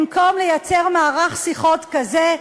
במקום לייצר מערך שיחות כזה,